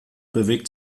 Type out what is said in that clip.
bewegt